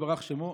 יתברך שמו.